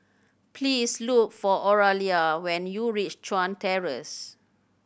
please look for Oralia when you reach Chuan Terrace